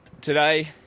Today